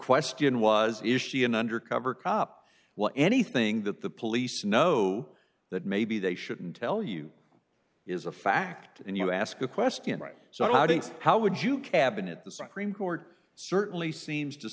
question was is she an undercover cop what anything that the police know that maybe they shouldn't tell you is a fact and you ask a question right so how do you how would you cabinet the supreme court certainly seems to